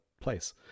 place